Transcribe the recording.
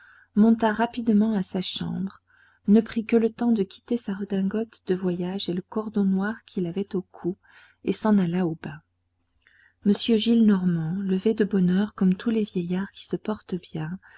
monta rapidement à sa chambre ne prit que le temps de quitter sa redingote de voyage et le cordon noir qu'il avait au cou et s'en alla au bain m gillenormand levé de bonne heure comme tous les vieillards qui se portent bien